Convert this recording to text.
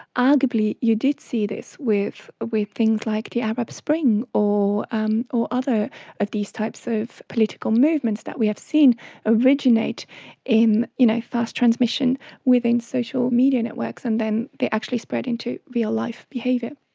arguably you did see this with with things like the arab spring or and or other of these types of political movements that we have seen originate in you know fast transmission within social media, and it works and then they actually spread into real-life behaviour.